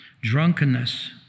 drunkenness